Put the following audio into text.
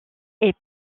est